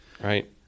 right